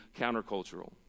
countercultural